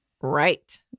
Right